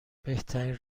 بهترین